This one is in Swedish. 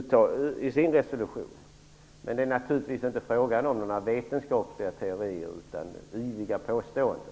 Jag vill göra klart att det naturligtvis inte är fråga om några vetenskapliga teorier, utan yviga påståenden.